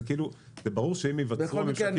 כאילו זה ברור שאם ייווצרו ממשקים כאלה -- בכל מקרה,